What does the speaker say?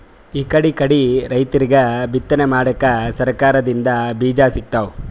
ಇಕಡಿಕಡಿ ರೈತರಿಗ್ ಬಿತ್ತನೆ ಮಾಡಕ್ಕ್ ಸರಕಾರ್ ದಿಂದ್ ಬೀಜಾ ಸಿಗ್ತಾವ್